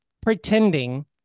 pretending